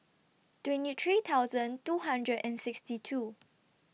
twenty three thousand two hundred and sixty two